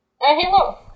hello